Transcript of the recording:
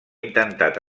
intentat